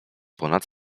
ponad